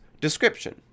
description